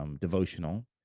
Devotional